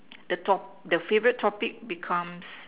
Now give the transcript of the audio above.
the top the favourite topic becomes